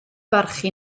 barchu